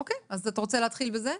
אוקיי, אז אתה רוצה להתחיל בזה?